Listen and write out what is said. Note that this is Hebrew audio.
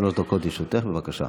שלוש דקות לרשותך, בבקשה.